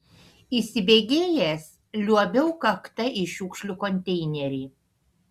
įsibėgėjęs liuobiau kakta į šiukšlių konteinerį